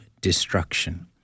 destruction